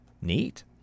Neat